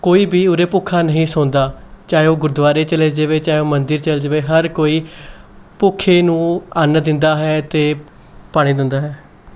ਕੋਈ ਵੀ ਉਰੇ ਭੁੱਖਾ ਨਹੀਂ ਸੌਂਦਾ ਚਾਹੇ ਉਹ ਗੁਰਦੁਆਰੇ ਚਲੇ ਜਾਵੇ ਚਾਹੇ ਉਹ ਮੰਦਰ ਚਲ ਜਾਵੇ ਹਰ ਕੋਈ ਭੁੱਖੇ ਨੂੰ ਅੰਨ ਦਿੰਦਾ ਹੈ ਅਤੇ ਪਾਣੀ ਦਿੰਦਾ ਹੈ